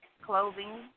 Clothing